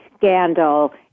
scandal